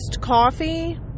coffee